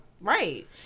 Right